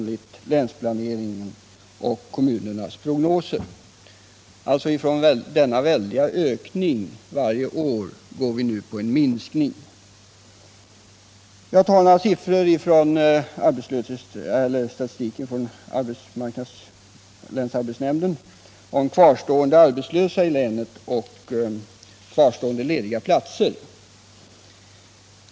Från att ha haft denna väldiga ökning varje år har vi alltså nu fått en minskning i stället. Jag skall läsa upp några statistiksiffror från länsarbetsnämnden om antalet kvarstående arbetslösa i länet och kvarstående lediga platser.